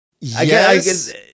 Yes